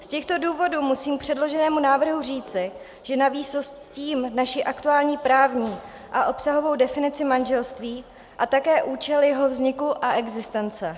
Z těchto důvodů musím k předloženému návrhu říci, že navýsost ctím naši aktuální právní a obsahovou definici manželství a také účel jeho vzniku a existence.